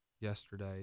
yesterday